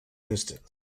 distance